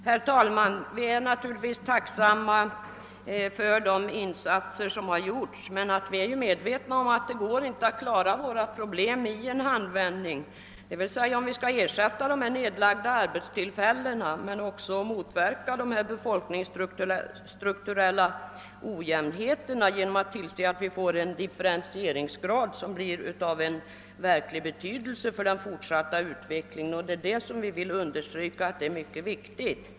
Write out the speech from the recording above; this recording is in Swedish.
Herr talman! Vi i Boråsregionen är naturligtvis tacksamma för de insatser som gjorts, men vi är också medvetna om att våra problem inte kan lösas i en handvändning, om ersättning skall skapas för de nedlagda arbetena och om de befolkningsstrukturella ojämnheterna skall motverkas genom en differentiering av verklig betydelse för den fortsatta utvecklingen. Jag vill understryka att detta är mycket viktigt.